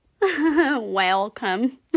Welcome